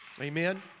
Amen